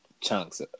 chunks